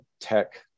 tech